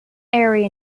area